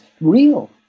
real